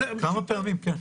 כמה פעמים, כן.